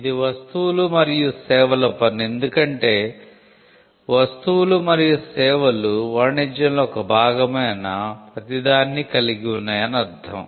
ఇది వస్తువులు మరియు సేవల పన్ను ఎందుకంటే వస్తువులు మరియు సేవలు వాణిజ్యంలో ఒక భాగమైన ప్రతి దాన్ని కలిగి ఉన్నాయని అర్థం